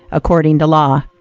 according to law!